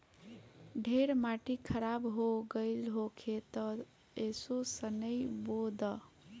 ढेर माटी खराब हो गइल होखे तअ असो सनइ बो दअ